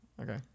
okay